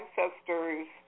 ancestors